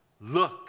Look